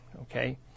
Okay